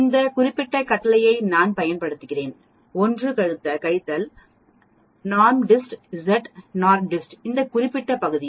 இந்த குறிப்பிட்ட கட்டளையை நான் பயன்படுத்தலாம் 1 கழித்தல் NORMSDIST Z NORMSDIST இந்த குறிப்பிட்ட பகுதியை